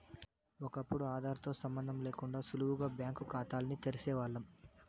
ఒకప్పుడు ఆదార్ తో సంబందం లేకుండా సులువుగా బ్యాంకు కాతాల్ని తెరిసేవాల్లం